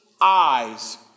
eyes